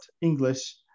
English